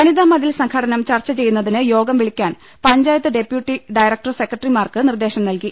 വനിതാ മതിൽ സംഘാടനം ചർച്ച ചെയ്യുന്നതിന് യോഗം വിളിക്കാൻ പഞ്ചായത്ത് ഡെപ്യൂട്ടി ഡയറക്ടർ സെക്രട്ടറിമാർക്ക് നിർദ്ദേശം നൽകി